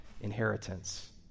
inheritance